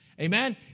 Amen